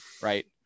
right